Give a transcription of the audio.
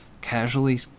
casually